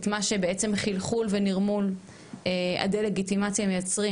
את מה שבעצם חלחול ונרמול הדה לגיטימציה מייצרים,